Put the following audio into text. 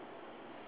ya